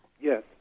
Yes